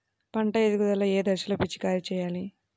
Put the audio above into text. పంట ఎదుగుదల ఏ దశలో పిచికారీ చేయాలి?